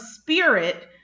spirit